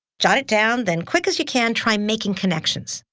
jot it down, then quick as you can, try making connections.